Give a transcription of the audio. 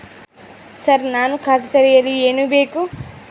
Sir ನಾನು ಖಾತೆ ತೆರೆಯಲು ಏನು ಬೇಕು?